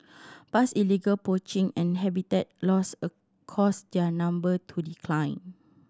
past illegal poaching and habitat loss a caused their number to decline